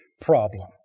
problem